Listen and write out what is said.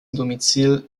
domizil